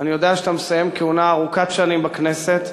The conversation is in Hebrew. אני יודע שאתה מסיים כהונה ארוכת שנים בכנסת,